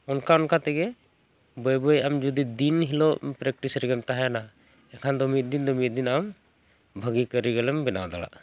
ᱚᱱᱠᱟ ᱚᱱᱠᱟ ᱛᱮᱜᱮ ᱵᱟᱹᱭ ᱵᱟᱹᱭ ᱟᱢ ᱡᱩᱫᱤ ᱫᱤᱱ ᱦᱤᱞᱳᱜ ᱮᱢ ᱯᱨᱮᱠᱴᱤᱥ ᱨᱮᱜᱮᱢ ᱛᱟᱦᱮᱱᱟ ᱮᱠᱷᱟᱱ ᱫᱚ ᱢᱤᱫ ᱫᱤᱱ ᱫᱚ ᱢᱤᱫ ᱫᱤᱱ ᱟᱢ ᱵᱷᱟᱹᱜᱤ ᱠᱟᱹᱨᱤᱜᱚᱞᱮᱢ ᱵᱮᱱᱟᱣ ᱫᱟᱲᱮᱭᱟᱜᱼᱟ